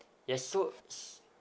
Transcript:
yes so